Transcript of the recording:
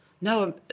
No